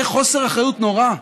זה חוסר אחריות נורא.